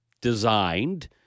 designed